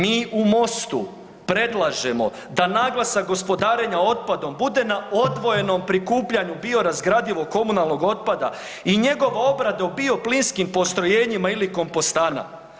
Mi u Mostu predlažemo da naglasak gospodarenja otpadom bude na odvojenom prikupljanju biorazgradivog komunalnog otpada i njegove obrade u bioplinskim postrojenjima ili kompostana.